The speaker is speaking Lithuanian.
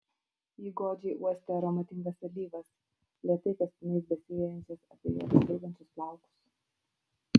ji godžiai uostė aromatingas alyvas lėtai kaspinais besivejančias apie jos žvilgančius plaukus